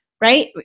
right